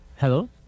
Hello